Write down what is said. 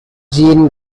jean